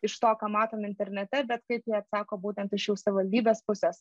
iš to ką matome internete bet kaip jie atsako būtent iš savivaldybės pusės